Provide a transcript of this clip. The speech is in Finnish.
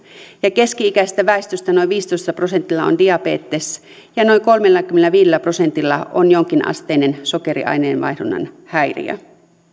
keski ikäisestä väestöstä noin viidellätoista prosentilla on diabetes ja noin kolmellakymmenelläviidellä prosentilla on jonkinasteinen sokeriaineenvaihdunnan häiriö